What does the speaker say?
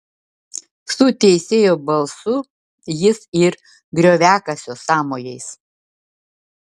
su teisėjo balsu jis ir grioviakasio sąmojais